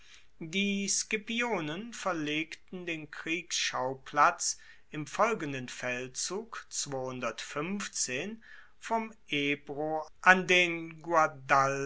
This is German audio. die scipionen verlegten den kriegsschauplatz im folgenden feldzug vom ebro an den